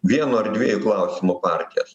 vieno ar dviejų klausimų partijas